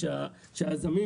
כדי שהיזמים,